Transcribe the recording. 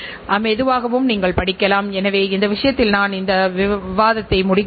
நிர்வாகக் கணக்கியலின் பாடத்திட்டம் குறித்த விவாதத்தை இத்துடன் நான் முடிக்கிறேன்